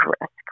risk